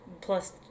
Plus